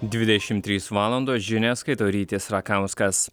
dvidešimt trys valandos žinias skaito rytis rakauskas